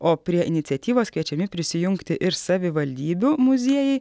o prie iniciatyvos kviečiami prisijungti ir savivaldybių muziejai